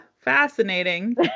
fascinating